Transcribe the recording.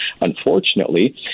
unfortunately